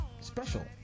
special